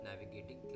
Navigating